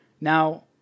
Now